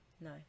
No